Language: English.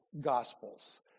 Gospels